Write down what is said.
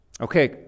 Okay